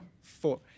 four